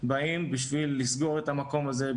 באים בשביל לסגור את המקום הזה,